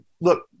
look